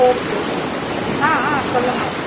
fourth ஆ ஆ சொல்லுங்க